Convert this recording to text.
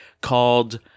called